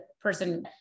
person